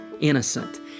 innocent